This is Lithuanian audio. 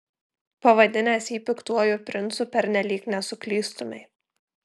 pavadinęs jį piktuoju princu pernelyg nesuklystumei